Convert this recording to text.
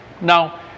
Now